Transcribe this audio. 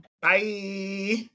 Bye